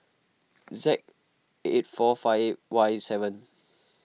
Z eight four five Y seven